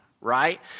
right